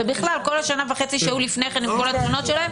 ובכלל כל השנה וחצי שהיו לפני כן עם כל התלונות שלהם,